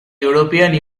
european